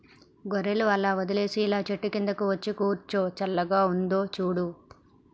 గొర్రెలు అలా వదిలేసి ఇలా చెట్టు కిందకు వచ్చి కూర్చో చల్లగా ఉందో చూడు